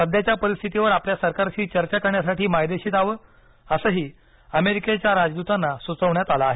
सध्याच्या परिस्थितीवर आपल्या सरकारशी चर्चा करण्यासाठी मायदेशी जावं असंही अमेरिकेच्या राजदूतांना सुचवण्यात आलं आहे